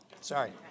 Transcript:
sorry